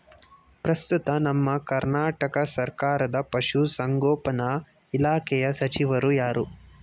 ಪ್ರಸ್ತುತ ನಮ್ಮ ಕರ್ನಾಟಕ ಸರ್ಕಾರದ ಪಶು ಸಂಗೋಪನಾ ಇಲಾಖೆಯ ಸಚಿವರು ಯಾರು?